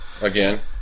Again